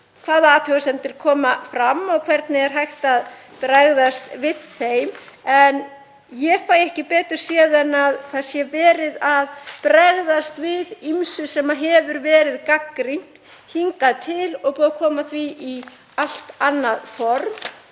hvaða athugasemdir koma fram og hvernig hægt er að bregðast við þeim. Ég fæ ekki betur séð en að verið sé að bregðast við ýmsu sem hefur verið gagnrýnt hingað til og búið að koma því í allt annað form.